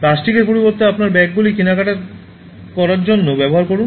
প্লাস্টিকের পরিবর্তে আপনার ব্যাগগুলি কেনাকাটা করার জন্য ব্যবহার করুন